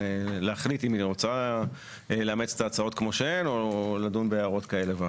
להחליט אם היא רוצה לאמץ את ההצעות כמו שהן או לדון בהערות כאלה ואחרות.